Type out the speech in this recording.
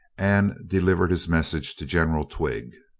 and delivered his message to general twigg.